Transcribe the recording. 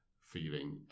feeling